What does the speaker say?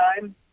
time